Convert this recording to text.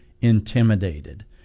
intimidated